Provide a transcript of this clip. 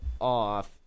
off